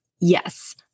Yes